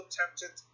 tempted